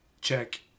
check